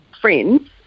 friends